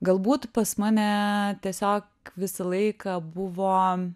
galbūt pas mane tiesiog visą laiką buvo